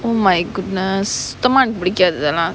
oh my goodness come on புடிக்காது இதலாம்:pudikkaathu ithalaam